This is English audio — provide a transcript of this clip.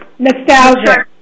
Nostalgia